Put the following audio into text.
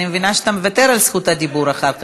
אני מבינה שאתה מוותר על זכות הדיבור אחר כך,